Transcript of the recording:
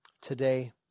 Today